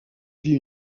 vit